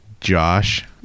Josh